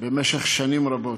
במשך שנים רבות.